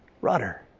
rudder